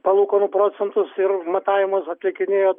palūkanų procentus ir matavimus atlikinėjo